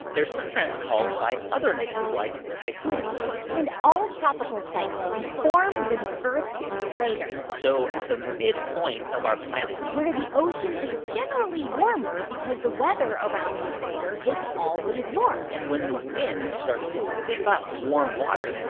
they're sometimes called by other names like typhoons and all tropical cyclones form near the earth's equator. so at the midpoint of our planet. where the ocean is generally warmer because the weather around the equator is always warm and when the wind starts to whip up warm water,